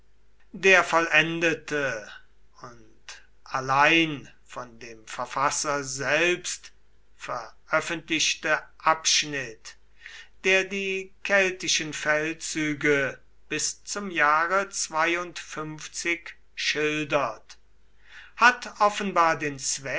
der vollendete und allein von dem verfasser selbst veröffentlichte abschnitt der die keltischen feldzüge bis zum jahre schildert hat offenbar den